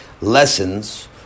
lessons